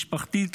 משפחתית,